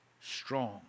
strong